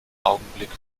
augenblick